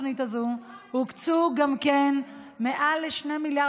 בנוסף לתוכנית הזאת הוקצו גם מעל 2 מיליארד